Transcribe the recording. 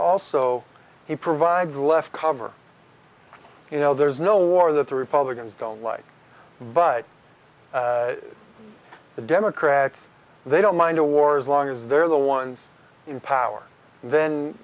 also he provides less cover you know there's no war that the republicans don't like but the democrats they don't mind a war as long as they're the ones in power then